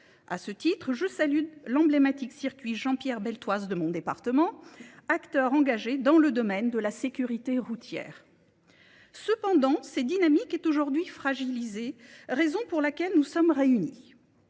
A ce titre, je salue l'emblématique circuit Jean-Pierre Beltoise de mon département, acteur engagé dans le domaine de la sécurité routière. Cependant, cette dynamique est aujourd'hui fragilisée, raison pour laquelle nous sommes réunis.